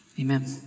Amen